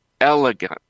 elegant